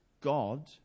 God